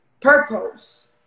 purpose